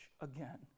again